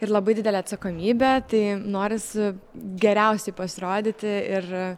ir labai didelė atsakomybė tai norisi geriausiai pasirodyti ir